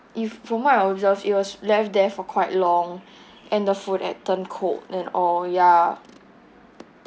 if from what I observed it was left there for quite long and the food had turned cold and all ya